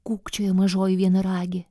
kūkčiojo mažoji vienaragė